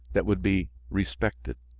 that would be respected!